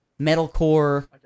metalcore